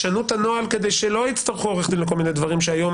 ישנו את הנוהל כדי שלא יצטרכו עורכי דין לכל מיני דברים שהיום